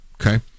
Okay